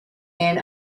and